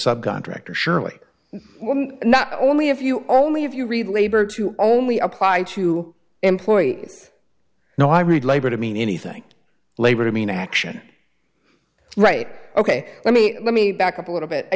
subcontractor surely not only if you only have you read labor to only apply to employees you know i read labor to mean anything labor i mean action right ok let me let me back up a little bit i